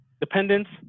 dependents